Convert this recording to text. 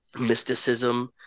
mysticism